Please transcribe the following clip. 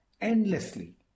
endlessly